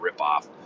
ripoff